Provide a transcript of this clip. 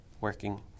working